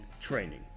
training